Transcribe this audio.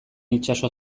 itsaso